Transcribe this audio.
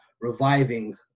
reviving